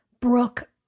Brooke